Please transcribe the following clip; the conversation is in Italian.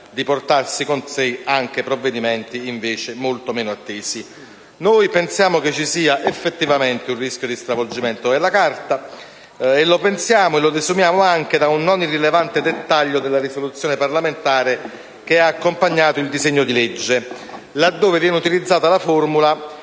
di portare con sé anche provvedimenti invece molto meno attesi. Crediamo vi sia effettivamente il rischio di stravolgere la Carta costituzionale e lo desumiamo anche da un dettaglio non irrilevante della risoluzione parlamentare che ha accompagnato il disegno di legge, là dove viene utilizzata la formula